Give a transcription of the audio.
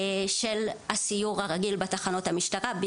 של הסיור הרגיל בתחנות המשטרה,